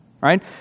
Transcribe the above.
right